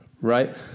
right